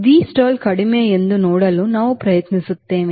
Vstall ಕಡಿಮೆ ಎಂದು ನೋಡಲು ನಾವು ಪ್ರಯತ್ನಿಸುತ್ತೇವೆ